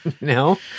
No